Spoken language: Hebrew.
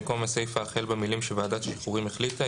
במקום הסיפה החל במילים "שוועדת השחרורים החליטה"